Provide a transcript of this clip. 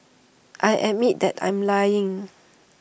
I admit that I'm lying